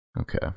Okay